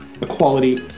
equality